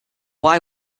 why